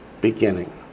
beginning